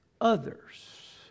others